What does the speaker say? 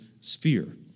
sphere